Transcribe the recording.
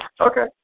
Okay